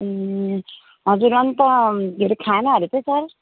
ए हजुर अन्त के अरे खानाहरू चाहिँ सर